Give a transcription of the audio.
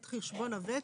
את חשבון הוותק,